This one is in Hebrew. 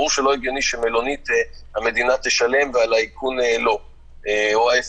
ברור שלא הגיוני שמלונית המדינה תשלם ועל האיכון לא או ההפך,